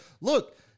look